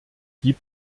gibt